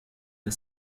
the